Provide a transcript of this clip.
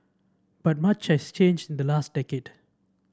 but much has changed in the last decade